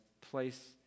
place